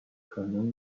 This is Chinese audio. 可能